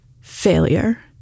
failure